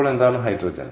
അപ്പോൾ എന്താണ് ഹൈഡ്രജൻ